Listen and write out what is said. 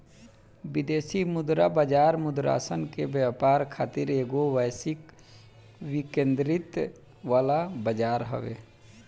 विदेशी मुद्रा बाजार मुद्रासन के व्यापार खातिर एगो वैश्विक विकेंद्रीकृत वाला बजार हवे